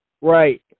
Right